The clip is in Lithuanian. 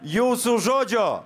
jūsų žodžio